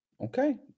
okay